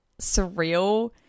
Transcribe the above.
surreal